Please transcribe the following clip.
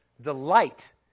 delight